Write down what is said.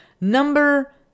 number